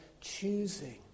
choosing